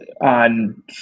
on